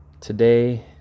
today